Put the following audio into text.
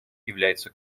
является